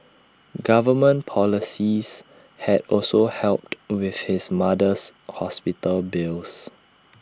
government policies had also helped with his mother's hospital bills